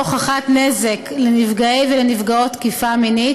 הוכחת נזק לנפגעי ולנפגעות תקיפה מינית),